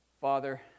Father